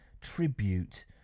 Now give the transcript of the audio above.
tribute